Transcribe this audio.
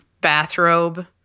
bathrobe